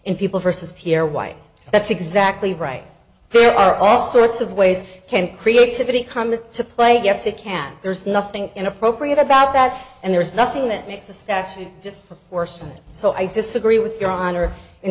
in people versus here why that's exactly right there are all sorts of ways can creativity come in to play yes it can there's nothing inappropriate about that and there's nothing that makes the stats just worse and so i disagree with your honor in